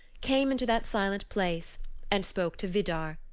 came into that silent place and spoke to vidar,